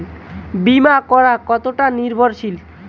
বীমা করা কতোটা নির্ভরশীল?